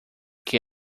que